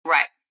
Right